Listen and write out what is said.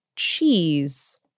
cheese